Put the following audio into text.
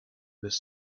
this